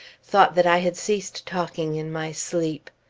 thought that i had ceased talking in my sleep.